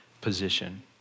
position